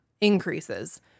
increases